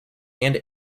and